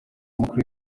amakuru